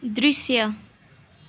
दृश्य